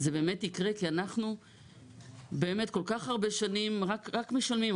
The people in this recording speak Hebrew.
זה באמת יקרה' כי אנחנו באמת כל כך הרבה שנים רק משלמים,